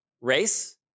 race